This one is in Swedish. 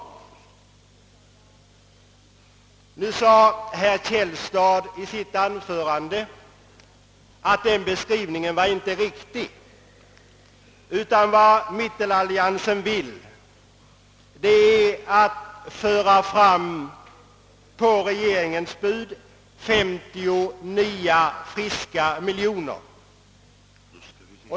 Herr Källstad sade i sitt anförande att denna beskrivning inte är riktig utan att mittenalliansen vill höja regeringens bud med 50 nya, friska miljoner.